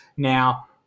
Now